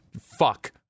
fuck